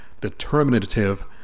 determinative